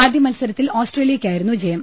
ആദ്യ മത്സരത്തിൽ ഓസ്ട്രേലിയക്കായിരുന്നു ജയം